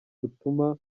bituma